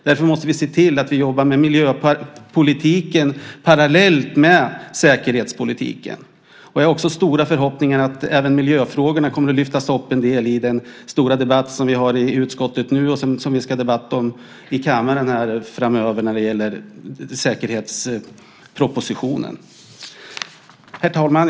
Därför måste vi se till att vi jobbar med miljöpolitiken parallellt med säkerhetspolitiken. Jag har också stora förhoppningar om att även miljöfrågorna kommer att lyftas upp en del i den stora debatt som vi har i utskottet nu och den debatt vi ska ha i kammaren här framöver om säkerhetspropositionen.